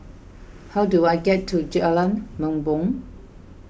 how do I get to Jalan Bumbong